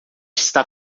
está